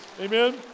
Amen